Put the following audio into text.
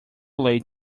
late